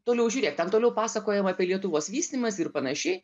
toliau žiūrėk ten toliau pasakojama apie lietuvos vystymąsi ir panašiai